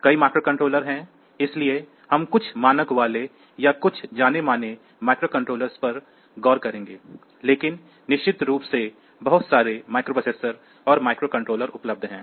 कई माइक्रोकंट्रोलर हैं इसलिए हम कुछ मानक वाले या कुछ जाने माने माइक्रोकंट्रोलर पर गौर करेंगे लेकिन निश्चित रूप से बहुत सारे माइक्रोप्रोसेसर और माइक्रोकंट्रोलर उपलब्ध हैं